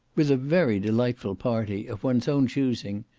with a very delightful party, of one's own choosing,